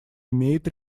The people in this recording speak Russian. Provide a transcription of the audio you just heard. имеет